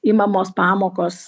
imamos pamokos